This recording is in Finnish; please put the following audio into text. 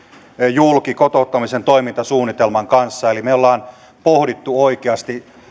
julki kotouttamisen toimintasuunnitelman kanssa eli me olemme pohtineet oikeasti